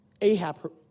Ahab